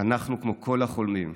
אנו כמו כל החולמים,